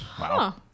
Wow